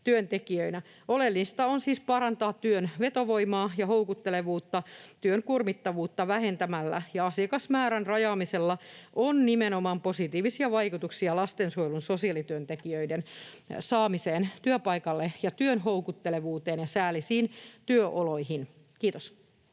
Oleellista on siis parantaa työn vetovoimaa ja houkuttelevuutta työn kuormittavuutta vähentämällä, ja asiakasmäärän rajaamisella on nimenomaan positiivisia vaikutuksia lastensuojelun sosiaalityöntekijöiden saamiseen työpaikoille, työn houkuttelevuuteen ja säällisiin työoloihin. — Kiitos.